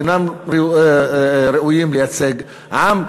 אינם ראויים לייצג עם,